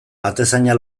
atezaina